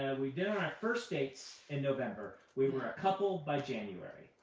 and we'd been on our first dates in november. we were a couple by january.